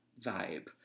vibe